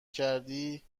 کردی